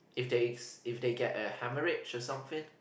if there's if they get hundred rage and something